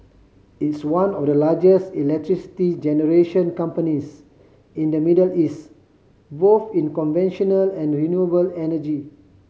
it's one of the largest electricity generation companies in the Middle East both in conventional and renewable energy